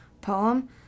poem